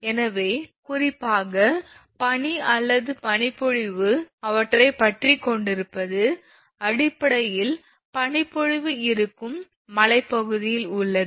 எனவே குறிப்பாக பனி அல்லது பனிப்பொழிவு அவற்றைப் பற்றிக்கொண்டிருப்பது அடிப்படையில் பனிப்பொழிவு இருக்கும் மலைப் பகுதியில் உள்ளது